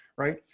right.